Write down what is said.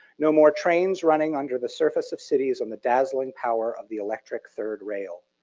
no more trains running under the surface of cities on the dazzling power of the electric third rail.